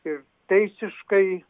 ir teisiškai